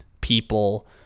people